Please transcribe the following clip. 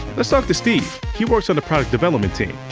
let's talk to steve, he works on the product development team.